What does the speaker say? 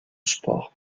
sport